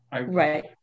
Right